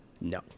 No